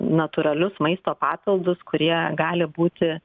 natūralius maisto papildus kurie gali būti